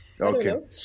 Okay